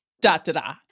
da-da-da